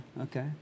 Okay